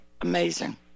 amazing